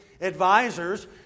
Advisors